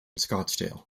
scottsdale